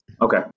Okay